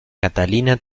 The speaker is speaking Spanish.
catalina